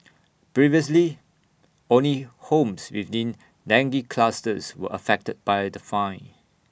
previously only homes within dengue clusters were affected by the fine